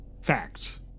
Facts